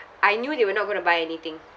I knew they were not going to buy anything